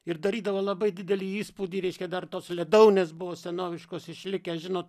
ir darydavo labai didelį įspūdį reiškia dar tos ledaunės buvo senoviškos išlikę žinot